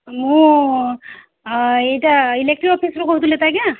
ମୁଁ ଏଇଟା ଇଲେକ୍ଟ୍ରି ଅଫିସ୍ରୁ କହୁଥିଲେ ତ ଆଜ୍ଞା